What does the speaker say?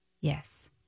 Yes